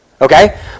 Okay